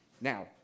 Now